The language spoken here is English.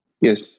yes